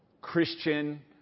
Christian